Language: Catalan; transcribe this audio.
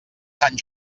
sant